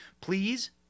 Please